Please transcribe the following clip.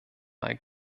mal